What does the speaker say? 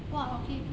!wah! okay okay